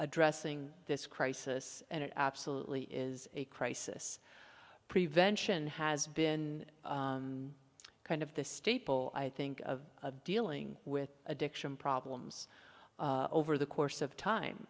addressing this crisis and it absolutely is a crisis prevention has been kind of the staple i think of dealing with addiction problems over the course of time